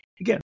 Again